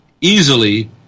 easily